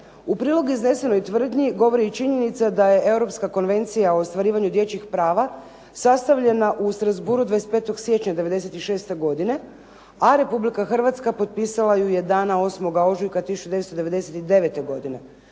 U prilog iznesenoj tvrdnji govori i činjenica da je Europska konvencija o ostvarivanju dječjih prava sastavljena u Strazbourgu 25. siječnja 1996. godine, a Republika Hrvatska potpisala ju je dana 8. ožujka 1999. godine.